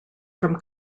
from